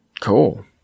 Cool